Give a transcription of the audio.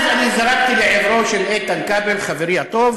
אז אני זרקתי לעברו של איתן כבל, חברי הטוב,